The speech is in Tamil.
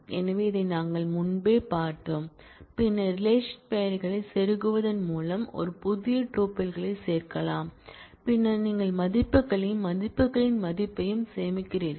எனவே இதை நாங்கள் முன்பே பார்த்தோம் பின்னர் ரிலேஷன் பெயர்களைச் செருகுவதன் மூலம் ஒரு புதிய டூப்பிள் சேர்க்கலாம் பின்னர் நீங்கள் மதிப்புகளையும் மதிப்புகளின் மதிப்பையும் சேமிக்கிறீர்கள்